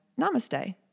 namaste